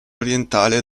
orientale